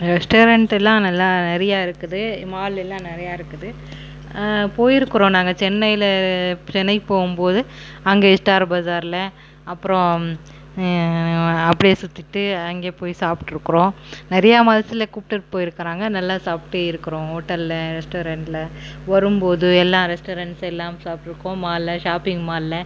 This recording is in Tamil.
ரெஸ்ட்டாரெண்ட் எல்லா நல்லா நிறையா இருக்குது மால் எல்லா நிறையா இருக்குது போயிருக்கிறோம் நாங்கள் சென்னையில் சென்னைக்கு போகும்போது அங்கே ஸ்டார் பஸார்ல அப்புறோம் அப்படியே சுத்திகிட்டு அங்கே போய் சாப்பிட்ருக்குறோம் நிறையா மால்ஸ்ல கூப்பிட்டுரு போயிருக்கிறாங்க நல்லா சாப்ட்டு இருக்குறோம் ஹோட்டல்ல ரெஸ்ட்டாரெண்ட்ல வரும்போது எல்லா ரெஸ்ட்டாரெண்ட்ஸ் எல்லாம் சாப்பிட்ருக்கோம் மால்ல ஷாப்பிங் மால்ல